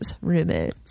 rumors